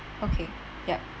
okay ya